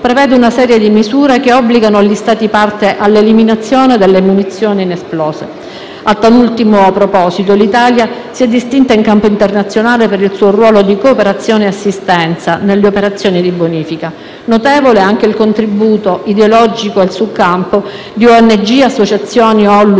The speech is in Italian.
prevede una serie di misure che obbligano gli Stati parte all'eliminazione delle munizioni inesplose. A tal ultimo proposito, l'Italia si è distinta in campo internazionale per il suo ruolo di cooperazione e assistenza nelle operazioni di bonifica. Notevole è anche il contributo, ideologico e sul campo, di ONG, associazioni,